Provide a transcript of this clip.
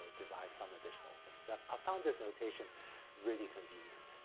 derive some additional things. i've i've found this notation really convenient,